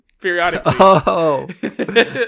periodically